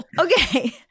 Okay